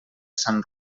sant